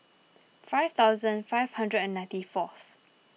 five thousand five hundred and ninety fourth